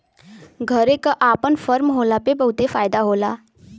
घरे क आपन फर्म होला पे बहुते फायदा होला